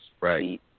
Right